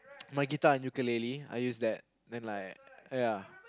my guitar and ukelele I use that then like ya